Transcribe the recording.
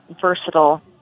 versatile